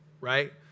right